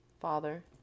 Father